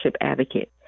advocate